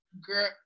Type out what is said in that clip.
girl